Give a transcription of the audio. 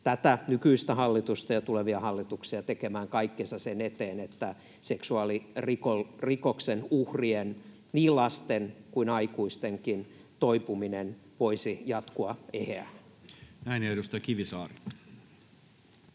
tätä nykyistä hallitusta ja tulevia hallituksia tekemään kaikkensa sen eteen, että seksuaalirikoksen uhrien, niin lasten kuin aikuistenkin, toipuminen voisi jatkua eheänä. [Speech 131] Speaker: